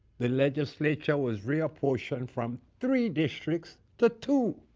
the legislature was reapportioned from three districts to two.